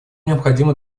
необходимо